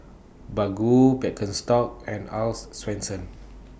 Baggu Birkenstock and Earl's Swensens